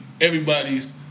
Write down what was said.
everybody's